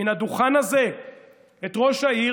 מן הדוכן הזה את ראש העיר,